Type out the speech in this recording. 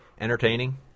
entertaining